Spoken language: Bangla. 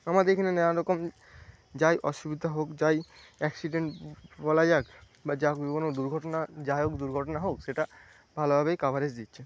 আমাদের এখানে নানারকম যাই অসুবিধা হোক যাই অ্যাক্সিডেন্ট বলা যাক বা যা কোনও দুর্ঘটনা যাই হোক দুর্ঘটনা হোক সেটা ভালোভাবেই কাভারেজ দিচ্ছে